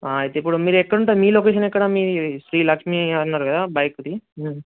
అయితే ఇప్పుడు మీరు ఎక్కడ ఉంటారు మీ లొకేషన్ ఎక్కడ మీది శ్రీలక్ష్మి అన్నారు కదా బైక్ది